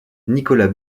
nicolas